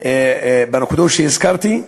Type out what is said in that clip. בנקודות שהזכרתי.